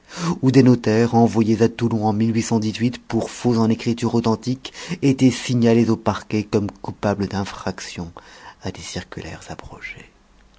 où des notaires envoyés à toulon en pour faux en écritures authentiques étaient signalés au parquet comme coupables d'infractions à des circulaires